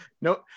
No